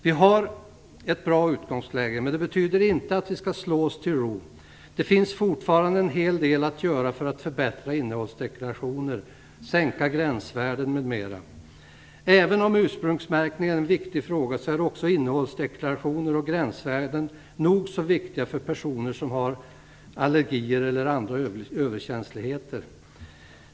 Vi har ett bra utgångsläge, men det betyder inte att vi skall slå oss till ro. Det finns fortfarande en hel del att göra för att förbättra innehållsdeklarationer, sänka gränsvärden m.m. Även om ursprungsmärkningen är en viktig fråga är innehållsdeklarationer och gränsvärden nog så viktiga för personer som har allergier eller är överkänsliga.